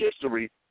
history